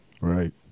Right